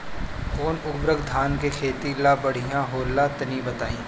कौन उर्वरक धान के खेती ला बढ़िया होला तनी बताई?